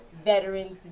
Veterans